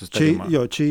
čia jo čia